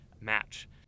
match